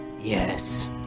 Yes